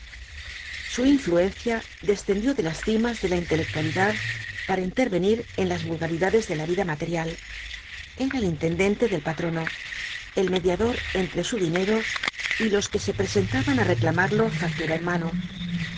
su influencia descendió de las cimas de la intelectualidad para intervenir en las vulgaridades de la vida material era el intendente del patrono el mediador entre fin dinero y los que se presentaban á reclamarlo factura v blasco ibáñbz en